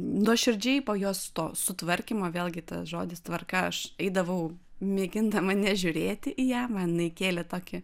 nuoširdžiai po jos to sutvarkymo vėlgi tas žodis tvarka aš eidavau mėgindama nežiūrėti į ją man jinai kėlė tokį